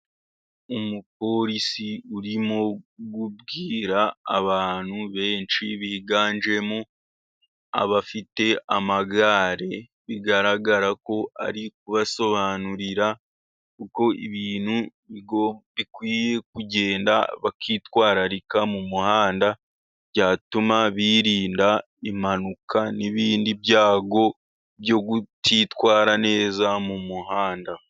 Umupolisi urimo kubwira abantu benshi biganjemo abafite amagare. Bigaragara ko ari kubasobanurira uko ibintu bikwiye kugenda, bakitwararika mu muhanda byatuma birinda impanuka n'ibindi byago byo kutitwara neza mu muhanda.